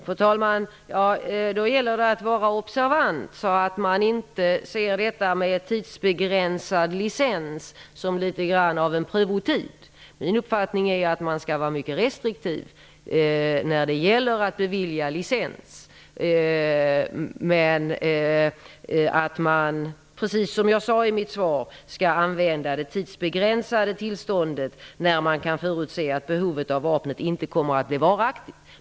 Fru talman! Då gäller det att vara observant så att man inte ser detta med tidsbegränsad licens som en prövotid. Min uppfattning är att man skall vara mycket restriktiv när det gäller att bevilja licens men att man, precis som jag sade i mitt svar, skall använda det tidsbegränsade tillståndet då man kan förutse att behovet av vapnet inte kommer att bli varaktigt.